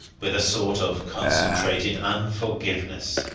with a sort of concentrated unforgiveness.